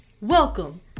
Welcome